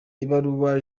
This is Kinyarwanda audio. ibaruwa